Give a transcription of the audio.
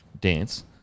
dance